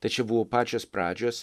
tad čia buvo pačios pradžios